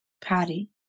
patty